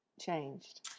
changed